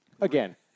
again